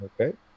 Okay